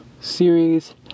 series